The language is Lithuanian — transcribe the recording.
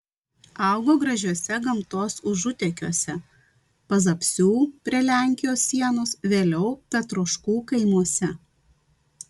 augo gražiuose gamtos užutekiuose pazapsių prie lenkijos sienos vėliau petroškų kaimuose